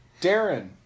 Darren